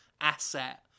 asset